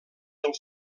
del